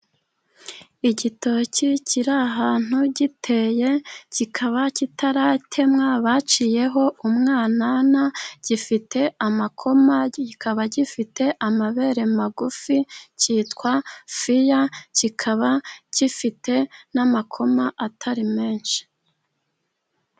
Igitoki kiri ahantu giteye kikaba kitaratemwa, baciyeho umwanana gifite amakoma kikaba gifite amabere magufi, kitwa fiya, kikaba gifite n'amakoma atari menshi.